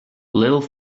little